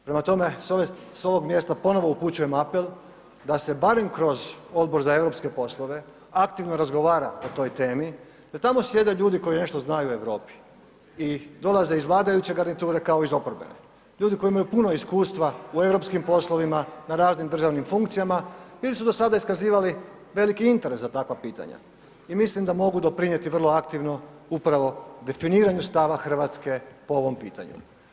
Prema tome, s ovog mjesta ponovo upućujem apel da se barem kroz Odbor za europske poslove aktivno razgovara o toj temi, da tamo sjede ljudi koji nešto znaju o Europi i dolaze iz vladajuće garniture kao i iz oporbene, ljudi koji imaju puno iskustva u europskim poslovima na raznim državnim funkcijama ili su do sada iskazivali veliki interes za takva pitanja i mislim da mogu doprinjeti vrlo aktivno upravo definiranju stava RH po ovom pitanju.